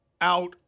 out